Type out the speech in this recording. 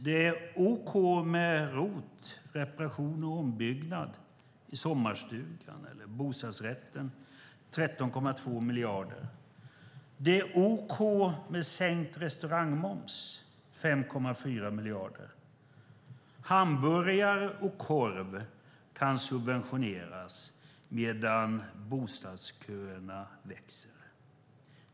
Det är ok med ROT, reparation och ombyggnad i sommarstugan eller bostadsrätten - 13,2 miljarder. Det är ok med sänkt restaurangmoms - 5,4 miljarder. Hamburgare och korv kan subventioneras, medan bostadsköerna växer.